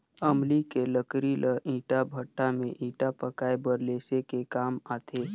अमली के लकरी ल ईटा भट्ठा में ईटा पकाये बर लेसे के काम आथे